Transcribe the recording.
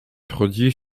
produit